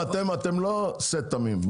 אתם לא שה תמים,